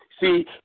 See